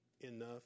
enough